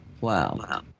Wow